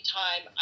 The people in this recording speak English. time